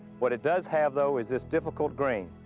what it does have though is this difficult green,